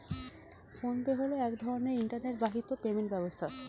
phone pay হলো এক ধরনের ইন্টারনেট বাহিত পেমেন্ট ব্যবস্থা